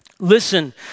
Listen